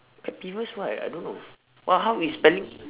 pet peeves what I don't know what how is spelling